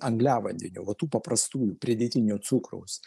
angliavandenių va tų paprastų pridėtinio cukraus